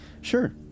Sure